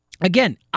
again